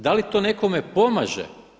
Da li to nekome pomaže?